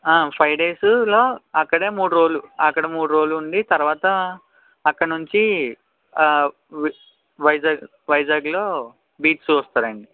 five డేస్లో అక్కడే మూడు రోజులు అక్కడ మూడు రోజులు ఉండి తరువాత అక్కడ నుంచి వైజాగ్ వైజాగ్లో బీచ్ చూస్తారండి